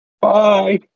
Bye